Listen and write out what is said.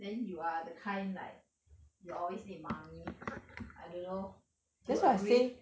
then you are the kind like you always need mummy I don't know do you agree